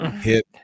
Hit